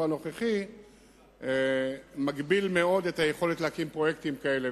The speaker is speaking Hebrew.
הנוכחית מגביל מאוד את היכולת להקים פרויקטים כאלה,